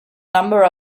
number